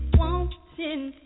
wanting